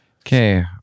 Okay